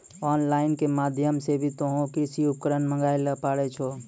on line के माध्यम से भी तोहों कृषि उपकरण मंगाय ल पारै छौ